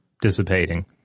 dissipating